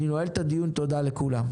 אני נועל את הדיון, תודה לכולם.